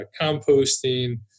composting